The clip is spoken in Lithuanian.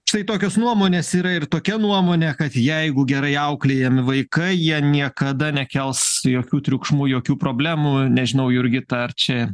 štai tokios nuomonės yra ir tokia nuomonė kad jeigu gerai auklėjami vaikai jie niekada nekels jokių triukšmų jokių problemų nežinau jurgita ar čia